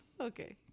okay